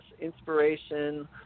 inspiration